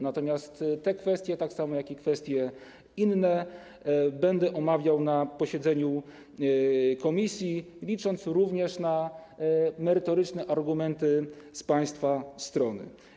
Natomiast te kwestie, tak samo jak inne kwestie, będę omawiał na posiedzeniu komisji, licząc również na merytoryczne argumenty z państwa strony.